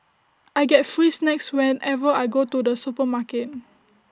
I get free snacks whenever I go to the supermarket